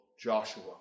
Joshua